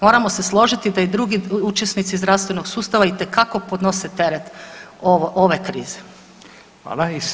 Moramo se složiti da i drugi učesnici zdravstvenog sustava itekako podnose teret ove krize.